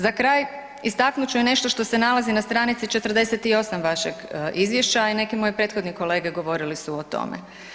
Za kraj istaknut ću i nešto što se nalazi na stranici 48 vašeg izvješća, a i neki moji prethodni kolege govorili su o tome.